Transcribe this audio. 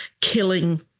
killing